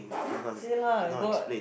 see lah got